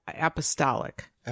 apostolic